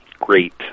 great